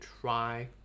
try